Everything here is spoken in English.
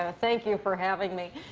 and thank you for having me.